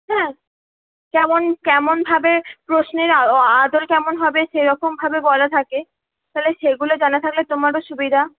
হ্যাঁ কেমন কেমনভাবে প্রশ্নের আদল কেমন হবে সেরকমভাবে বলা থাকে তাহলে সেগুলো জানা থাকলে তোমারও সুবিধা